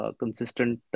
consistent